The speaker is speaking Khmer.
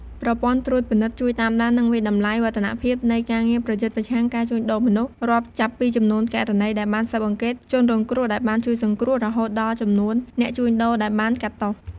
ប្រព័ន្ធត្រួតពិនិត្យ ជួយតាមដាន និងវាយតម្លៃវឌ្ឍនភាពនៃការងារប្រយុទ្ធប្រឆាំងការជួញដូរមនុស្ស រាប់ចាប់ពីចំនួនករណីដែលបានស៊ើបអង្កេត ជនរងគ្រោះដែលបានជួយសង្គ្រោះ រហូតដល់ចំនួនអ្នកជួញដូរដែលបានកាត់ទោស។